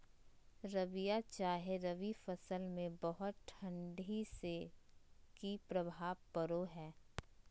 रबिया चाहे रवि फसल में बहुत ठंडी से की प्रभाव पड़ो है?